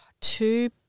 two